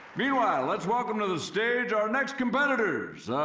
meanwhile, let's welcome to the stage our next competitors. ah.